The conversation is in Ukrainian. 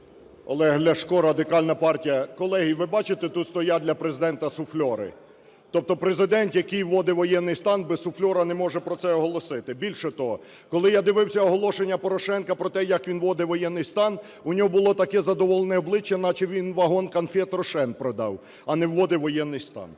Олег Ляшко, Радикальна партія. Колеги, ви бачите, тут стоять для Президента суфлери, тобто Президент, який вводить воєнний стан, без суфлера не може про це оголосити. Більше того, коли я дивився оголошення Порошенка про те, як він вводить воєнний стан, у нього було таке задоволене обличчя, наче він вагон конфет "Рошен" продав, а не вводить воєнний стан.